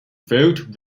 failed